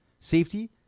safety